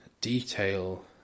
detail